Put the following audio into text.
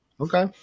Okay